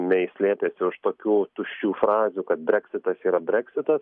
mei slėpėsi už tokių tuščių frazių kad breksitas yra breksitas